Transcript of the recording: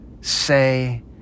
say